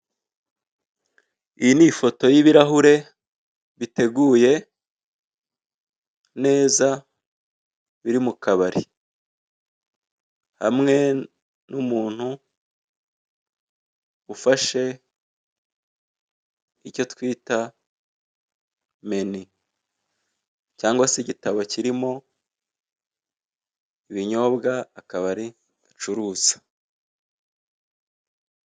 Iyi ni ifoto y'ibirahure biteguye neza biri mu kabari, hamwe numutu ufashe icyo twita meni cyangwa se igitabo kirimo ibinyobwa akabari gucuruza.